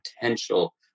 potential